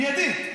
מיידית,